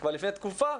כבר לפני תקופה,